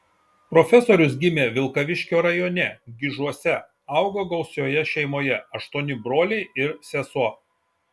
profesorius gimė vilkaviškio rajone gižuose augo gausioje šeimoje aštuoni broliai ir sesuo